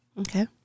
Okay